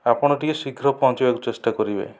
ଆପଣ ଟିକେ ଶୀଘ୍ର ପହଞ୍ଚିବାକୁ ଚେଷ୍ଟା କରିବେ